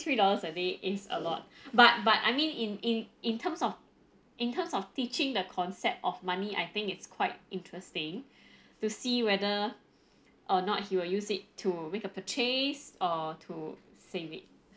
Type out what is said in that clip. three dollars a day is a lot but but I mean in in in terms of in terms of teaching the concept of money I think it's quite interesting to see whether or not he will use it to make a purchase or to save it